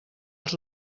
els